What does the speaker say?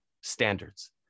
standards